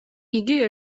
იგი